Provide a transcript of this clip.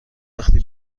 وقتی